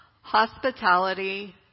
Hospitality